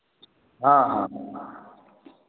हाँ हाँ